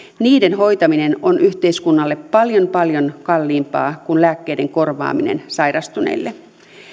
niiden hoitaminen on yhteiskunnalle paljon paljon kalliimpaa kuin lääkkeiden korvaaminen sairastuneille